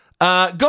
go